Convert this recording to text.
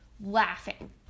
laughing